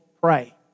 pray